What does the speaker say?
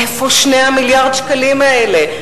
איפה 2 מיליארד השקלים האלה?